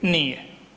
Nije.